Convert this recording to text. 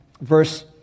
verse